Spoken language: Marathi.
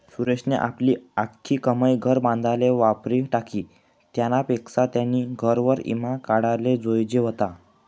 सुरेशनी आपली आख्खी कमाई घर बांधाले वापरी टाकी, त्यानापक्सा त्यानी घरवर ईमा काढाले जोयजे व्हता